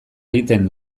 egiten